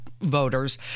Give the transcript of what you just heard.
voters